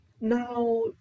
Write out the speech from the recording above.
Now